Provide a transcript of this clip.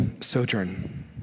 Sojourn